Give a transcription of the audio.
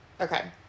Okay